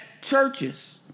churches